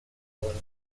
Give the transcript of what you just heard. würdest